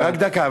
רק דקה.